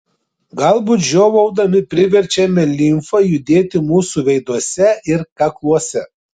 galbūt žiovaudami priverčiame limfą judėti mūsų veiduose ir kakluose